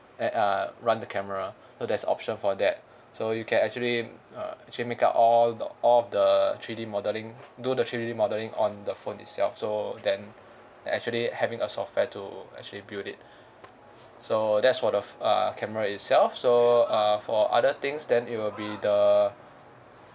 err uh run the camera so there's option for that so you can actually uh actually make up all the all of the three D modelling do the three D modelling on the phone itself so then it actually having a software to actually build it so that's for the ph~ uh camera itself so uh for other things then it will be the